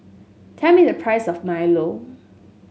tell me the price of milo